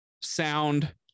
sound